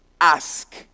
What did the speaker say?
ask